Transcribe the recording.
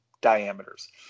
diameters